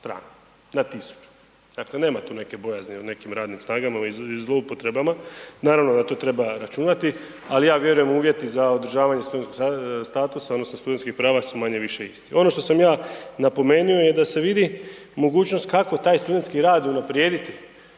na tisuću, dakle nema tu neke bojazni o nekim radnim snagama i zloupotrebama. Naravno na to treba računati, ali ja vjerujem uvjeti za održavanje studentskog statusa odnosno studentskih prava su manje-više isti. Ono što sam ja napomenuo i da se vidi mogućnost kako taj studentski rad unaprijediti,